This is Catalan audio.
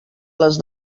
les